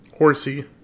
Horsey